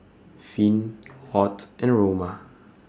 Finn Ott and Roma